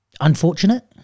Unfortunate